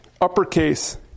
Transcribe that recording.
uppercase